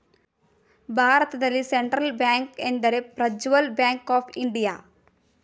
ಭಾರತದಲ್ಲಿ central bank ಎಂದರೆ Prajwal bank of India